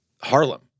Harlem